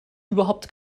überhaupt